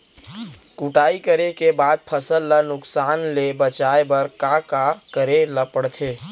कटाई करे के बाद फसल ल नुकसान ले बचाये बर का का करे ल पड़थे?